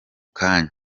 kanya